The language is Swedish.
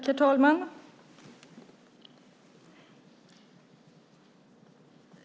Herr talman!